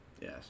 Yes